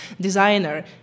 designer